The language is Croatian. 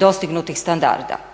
dostignuti standarda.